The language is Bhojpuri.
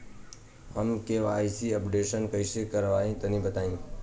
हम के.वाइ.सी अपडेशन कइसे करवाई तनि बताई?